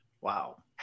Wow